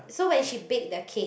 so when she bake the cake